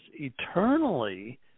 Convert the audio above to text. eternally